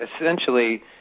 essentially